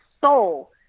soul